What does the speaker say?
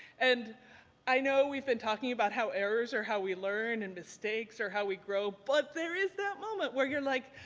and i know we've been talking about how errors are how we learn, and mistakes are how we grow, but there is that moment where you're like,